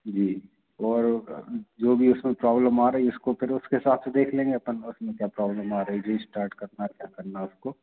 जी और जो भी है उसमें प्रॉब्लम आ रही है उसको फिर उसके साथ से देख लेंगे अपन उसमें क्या प्रॉब्लम आ रही है रिस्टार्ट करना है क्या करना है उसको